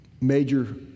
Major